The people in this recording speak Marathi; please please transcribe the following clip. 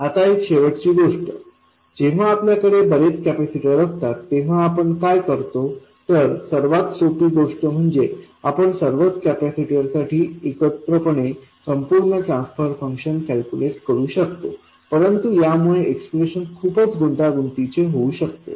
आता एक शेवटची गोष्ट जेव्हा आपल्याकडे बरेच कॅपेसिटर असतात तेव्हा आपण काय करतो तर सर्वात सोपी गोष्ट म्हणजे आपण सर्वच कॅपेसिटर साठी एकत्रपणे संपूर्ण ट्रान्सफर फंक्शन कॅल्क्युलेट करू शकतो परंतु यामुळे एक्सप्रेशन खूपच गुंतागुंतीचे होऊ शकते